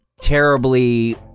terribly